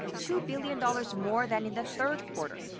two billion dollars more than in the third quarter.